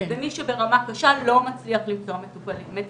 ומי שברמה קשה לא מצליח למצוא מטפלים.